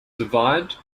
divide